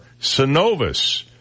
synovus